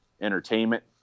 entertainment